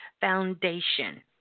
foundation